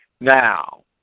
Now